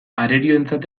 arerioentzat